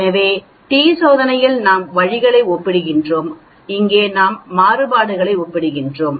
எனவே டி சோதனையில் நாம் வழிகளை ஒப்பிடுகிறோம் இங்கே நாம் மாறுபாடுகளை ஒப்பிடுகிறோம்